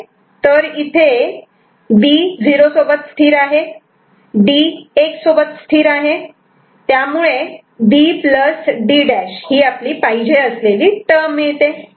तर इथे B '0' सोबत स्थिरआहे D '1' सोबत स्थिरआहे त्यामुळे B D' ही पाहिजे असलेली टर्म मिळते